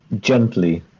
gently